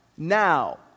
Now